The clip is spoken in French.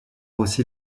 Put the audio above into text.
aussi